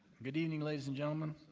good evening, ladies and gentlemen.